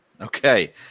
Okay